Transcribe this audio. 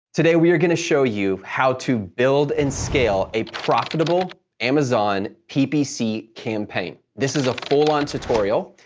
today we are gonna show you how to build and scale a profitable amazon ppc campaign. this is a full on tutorial.